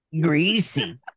Greasy